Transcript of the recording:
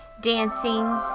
dancing